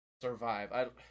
Survive